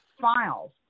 files